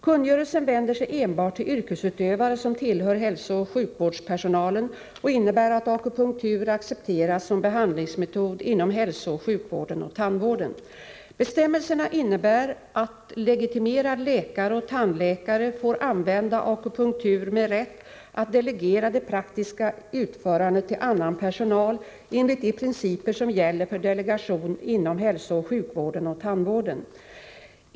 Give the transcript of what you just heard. Kungörelsen vänder sig enbart till yrkesutövare som tillhör hälsooch sjukvårdspersonalen och innebär att akupunktur accepteras som behandlingsmetod inom hälsooch sjukvården och tandvården. Bestämmelserna innebär att legitimerad läkare och tandläkare får använda akupunktur med rätt att delegera det praktiska utförandet till annan personal enligt de principer som gäller för delegation inom hälsooch sjukvården och tandvården.